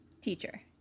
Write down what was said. teacher